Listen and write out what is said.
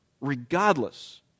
regardless